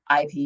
IP